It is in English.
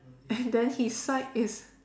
and then he side is